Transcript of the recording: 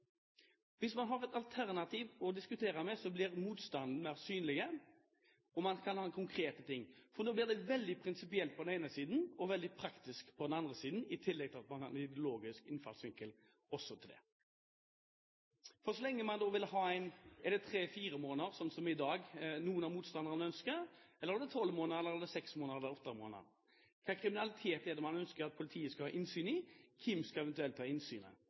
Hvis man har et alternativ å diskutere, blir motstanden mer synlig, og man kan vise til konkrete ting. Nå blir det veldig prinsipielt på den ene siden og veldig praktisk på den andre siden i tillegg til at man også har en ideologisk innfallsvinkel til det. Hvor lenge vil man ha lagring? Er det tre–fire måneder, slik som i dag, som noen av motstanderne ønsker, eller er det tolv måneder eller er det seks måneder eller er det åtte måneder? Hva slags kriminalitet er det de ønsker politiet skal ha innsyn i? Hvem skal eventuelt